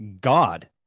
God